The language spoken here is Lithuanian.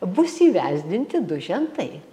bus įvesdinti du žentai